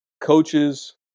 coaches